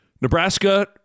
Nebraska